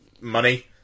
money